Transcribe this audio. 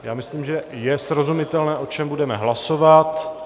Já myslím, že je srozumitelné, o čem budeme hlasovat.